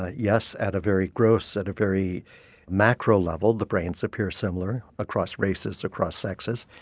ah yes, at a very gross, at a very macro level the brains appear similar across races, across sexes,